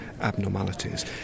abnormalities